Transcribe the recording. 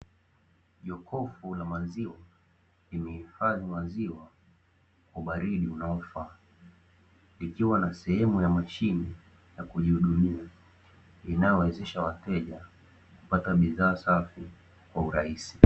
Jokofu la maziwa lililohifadhi maziwa ubaridi unaofaa, likiwa na sehemu ya mashine ya kijihudumia inayowezesha wateja kupata bidhaa safi kwa urahisi.